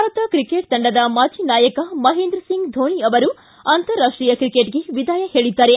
Bharat cricket ತಂಡದ ಮಾಜಿ ನಾಯಕ ಮಹೇಂದ್ರಸಿಂಗ್ ಧೋನಿ ಅವರು ಅಂತಾರಾಷ್ಟೀಯ ಕ್ರಿಕೆಟ್ಗೆ ವಿದಾಯ ಹೇಳಿದ್ದಾರೆ